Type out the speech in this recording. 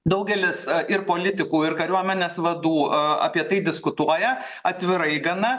daugelis ir politikų ir kariuomenės vadų a apie tai diskutuoja atvirai gana